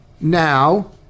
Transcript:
now